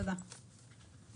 אני